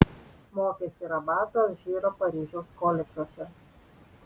mokėsi rabato alžyro paryžiaus koledžuose